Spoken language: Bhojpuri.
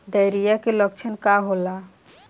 डायरिया के लक्षण का होला?